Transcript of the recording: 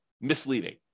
misleading